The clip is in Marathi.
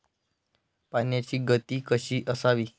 पाण्याची गती कशी असावी?